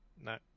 no